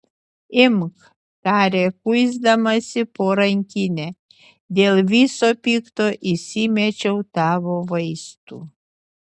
imk tarė kuisdamasi po rankinę dėl viso pikto įsimečiau tavo vaistų